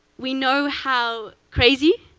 we know how crazy,